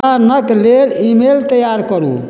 दोकानक लेल ईमेल तैआर करू